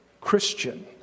Christian